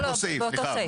באותו סעיף, סליחה.